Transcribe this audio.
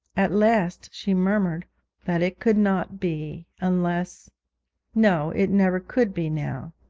at last she murmured that it could not be, unless no, it never could be now.